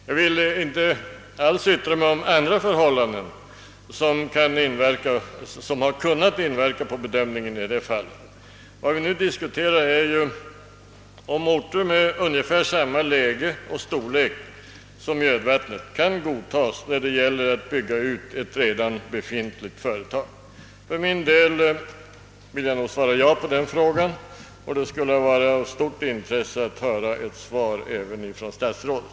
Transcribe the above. Jag vill inte alls yttra mig om andra förhållanden som har kunnat inverka på bedömningen i detta fall. Vad vi nu diskuterar är om orter med ungefär samma läge och storlek som Mjödvattnet kan godtas när det gäller att bygga ut ett redan befintligt företag. För min del vill jag svara ja på den frågan, och det skulle vara av stort intresse att höra ett svar även från statsrådet.